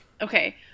Okay